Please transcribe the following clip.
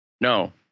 no